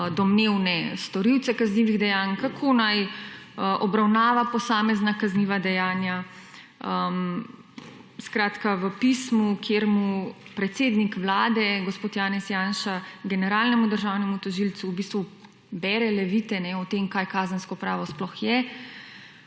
domnevne storilce kaznivih dejanj, kako naj obravnava posamezna kazniva dejanja, skratka, v pismu, kjer mu predsednik Vlade, gospod Janez Janša, generalnemu državnemu tožilcu v bistvu bere levite o tem, kaj kazensko pravo sploh je.